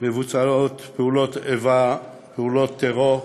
מבוצעות פעולות איבה, פעולות טרור,